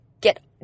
get